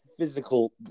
physical